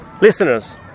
Listeners